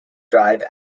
drive